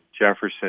Jefferson